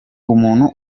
umuntu